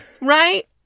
Right